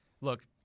Look